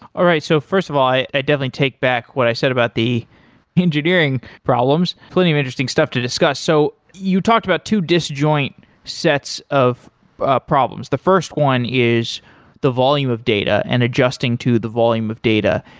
all right, so first of all i definitely take back what i said about the engineering problems. plenty of interesting stuff to discuss. so you talked about two disjoint sets of ah problems the first one is the volume of data and adjusting to the volume of data.